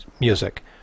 music